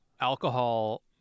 alcohol